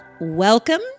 Welcome